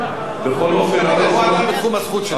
הוא עדיין בתחום הזכות שלו.